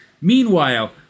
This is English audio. Meanwhile